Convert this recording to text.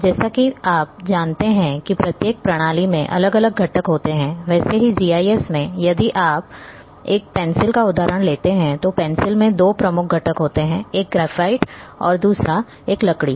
जैसा कि आप जानते हैं कि प्रत्येक प्रणाली में अलग अलग घटक होते हैं वैसे ही जीआईएस मैं यदि आप एक पेंसिल का उदाहरण लेते हैं तो पेंसिल में दो प्रमुख घटक होते हैं एक ग्रेफाइट है और दूसरा एक लकड़ी